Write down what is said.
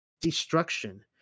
destruction